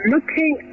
Looking